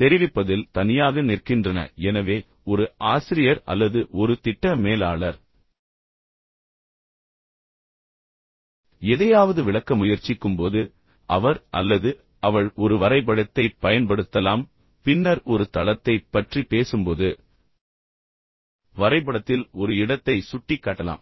தெரிவிப்பதில் தனியாக நிற்கின்றன எனவே ஒரு ஆசிரியர் அல்லது ஒரு திட்ட மேலாளர் எதையாவது விளக்க முயற்சிக்கும்போது அவர் அல்லது அவள் ஒரு வரைபடத்தைப் பயன்படுத்தலாம் பின்னர் ஒரு தளத்தைப் பற்றி பேசும்போது வரைபடத்தில் ஒரு இடத்தை சுட்டிக்காட்டலாம்